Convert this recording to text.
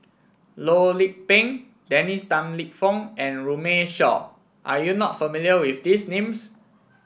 Loh Lik Peng Dennis Tan Lip Fong and Runme Shaw are you not familiar with these names